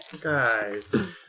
Guys